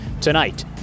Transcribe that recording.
Tonight